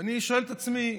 ואני שואל את עצמי: